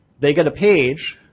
they get a page